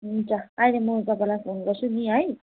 हुन्छ अहिले म तपाईँलाई फोन गर्छु नि है